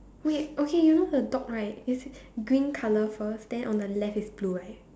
wait okay you know the dog right is it green colour first then on the left is blue right